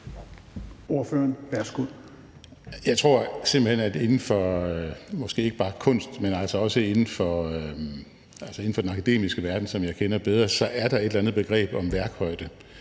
kunst, men også inden for den akademiske verden, som jeg kender bedre, er et eller andet begreb om værkhøjde.